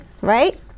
right